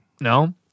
No